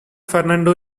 fernando